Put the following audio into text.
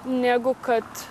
negu kad